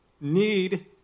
need